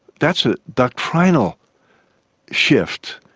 that's a doctrinal shift,